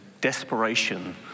desperation